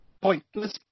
pointless